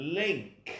link